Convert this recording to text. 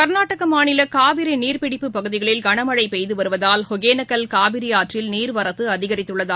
கர்நாடகமாநிலகாவிரிநீர்பிடிப்பு பகுதிகளில் கனமழைபெய்துவருவதால் ஒகேனக்கல் காவிரிஆற்றில் நீர்வரத்துஅதிகரித்துள்ளது